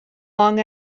long